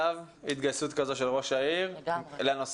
התגייסות כזאת של ראש עיר לנושא,